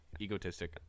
egotistic